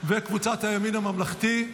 קבוצת הימין הממלכתי,